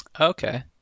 okay